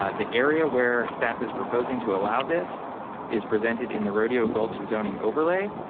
um the area where staff is proposing to allow this is presented in the rodeo gulch zoning overlay.